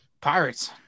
Pirates